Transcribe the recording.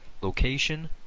location